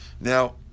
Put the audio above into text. Now